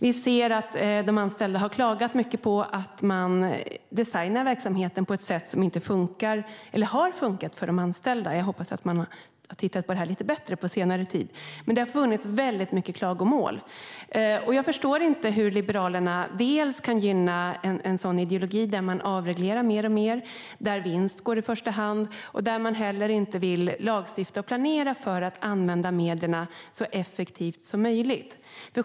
Vi ser att de anställda har klagat mycket på att man har designat verksamheten på ett sätt som inte har funkat för de anställda. Jag hoppas att man har tittat lite bättre på detta under senare tid, men det har funnits väldigt mycket klagomål. Jag förstår inte hur Liberalerna kan gynna en ideologi där man avreglerar mer och mer, där vinst går i första hand och där man heller inte vill lagstifta och planera för att använda medel så effektivt som möjligt.